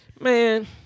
man